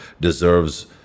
deserves